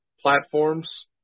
platforms